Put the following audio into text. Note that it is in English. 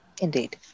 Indeed